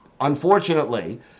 unfortunately